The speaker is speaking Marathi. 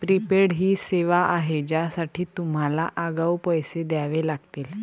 प्रीपेड ही सेवा आहे ज्यासाठी तुम्हाला आगाऊ पैसे द्यावे लागतील